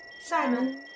Simon